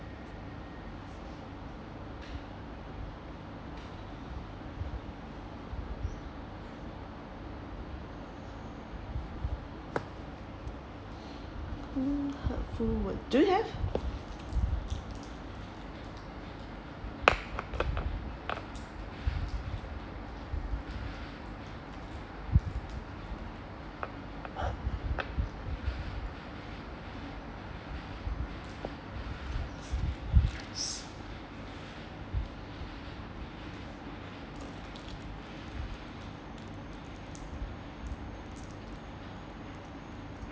hmm helpful words do you have